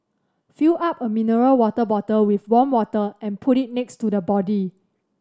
fill up a mineral water bottle with warm water and put it next to the body